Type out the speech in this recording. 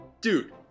Dude